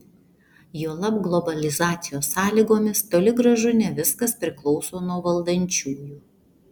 juolab globalizacijos sąlygomis toli gražu ne viskas priklauso nuo valdančiųjų